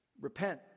repent